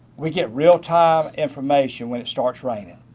we get real-time information when it starts raining.